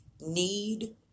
need